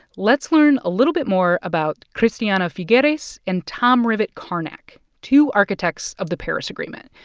let's learn a little bit more about christiana figueres and tom rivett-carnac, two architects of the paris agreement.